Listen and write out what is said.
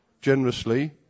Generously